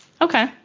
Okay